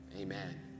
Amen